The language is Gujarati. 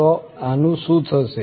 તો આનું શું થશે